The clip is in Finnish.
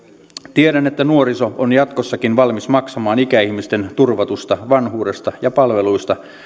tiedän että nuoriso on jatkossakin valmis maksamaan ikäihmisten turvatusta vanhuudesta ja palveluista